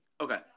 Okay